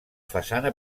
façana